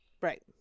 Right